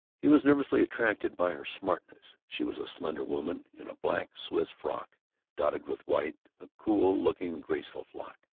he was nervously attracted by her smartness. she was a slender woman, in a black swiss frock dotted with white, a cool-looking graceful frock.